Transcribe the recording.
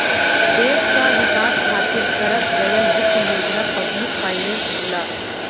देश क विकास खातिर करस गयल वित्त योजना पब्लिक फाइनेंस होला